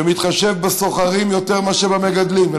שמתחשב בסוחרים יותר מאשר במגדלים.